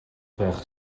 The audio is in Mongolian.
байх